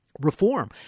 reform